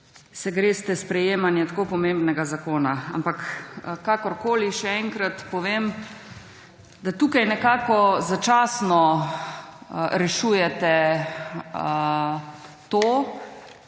se greste sprejemanje tako pomembnega zakona. Ampak kakorkoli, še enkrat povem, da tukaj nekako začasno rešujete to